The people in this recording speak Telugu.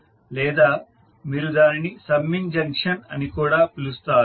లేదా మీరు దానిని సమ్మింగ్ జంక్షన్ అని కూడా పిలుస్తారు